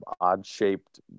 odd-shaped